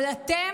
אבל אתם,